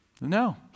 No